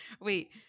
wait